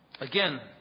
Again